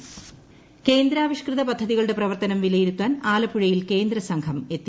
കേന്ദ്ര സംഘം കേന്ദ്രാവിഷ്കൃത പദ്ധതികളുടെ പ്രവർത്തനം വിലയിരുത്താൻ ആലപ്പുഴയിൽ കേന്ദ്ര സംഘം എത്തി